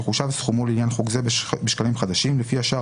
יחושב סכומו לעניין חוק זה בשקלים חדשים לפי השער